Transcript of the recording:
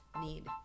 need